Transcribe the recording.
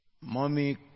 mommy